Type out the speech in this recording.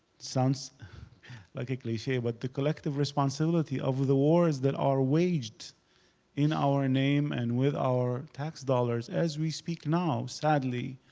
sounds like a cliche, but the collective responsibility of of the wars that are waged in our name and with our tax dollars. as we speak now, sadly,